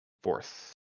Fourth